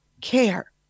care